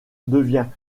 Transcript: devient